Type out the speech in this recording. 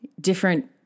different